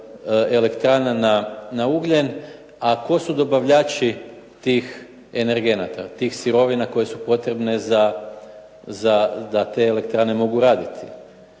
elektrana na ugljen. A tko su dobavljači tih energenata, tih sirovina koje su potrebne da te elektrane mogu raditi?